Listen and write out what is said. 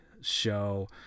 show